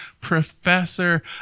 professor